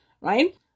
right